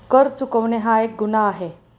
कर चुकवणे हा एक गुन्हा आहे